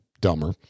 dumber